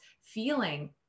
feeling